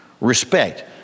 Respect